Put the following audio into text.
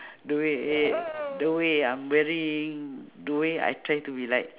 the way the way I'm wearing the way I'm trying to be like